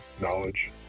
knowledge